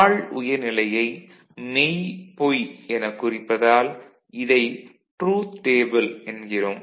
தாழ் உயர் நிலையை மெய் பொய் என குறிப்பதால் இதை ட்ரூத் டேபிள் என்கிறோம்